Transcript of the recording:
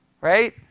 Right